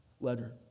letter